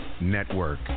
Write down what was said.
Network